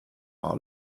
our